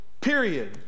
period